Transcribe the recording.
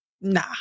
Nah